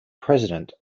president